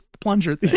plunger